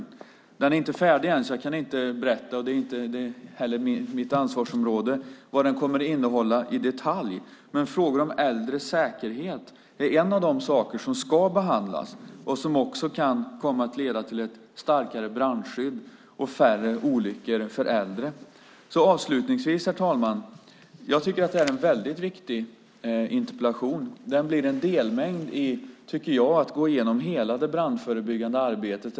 Eftersom den inte är färdig än kan jag inte i detalj berätta vad den kommer att innehålla, och det är inte heller mitt ansvarsområde. Frågor om äldres säkerhet är dock en av de saker som ska behandlas, och det kan komma att leda till ett starkare brandskydd och färre olyckor för äldre. Avslutningsvis, herr talman, tycker jag att detta är en viktig interpellation. Jag tycker att den blir en delmängd i att gå igenom hela det brandförebyggande arbetet.